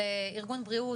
לארגון בריאות,